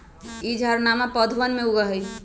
ई झाड़नमा पौधवन में उगा हई